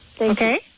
Okay